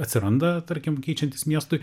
atsiranda tarkim keičiantis miestui